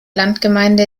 landgemeinde